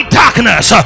darkness